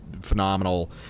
phenomenal